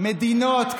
הרסתם את כל מה,